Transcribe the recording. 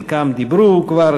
חלקם דיברו כבר,